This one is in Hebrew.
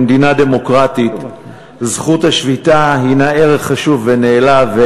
במדינה דמוקרטית זכות השביתה הנה ערך חשוב ונעלה.